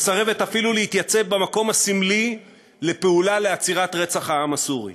מסרבת אפילו להתייצב במקום הסמלי לפעולה לעצירת רצח העם הסורי.